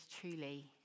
truly